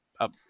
up